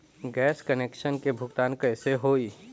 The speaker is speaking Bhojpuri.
गैस कनेक्शन के भुगतान कैसे होइ?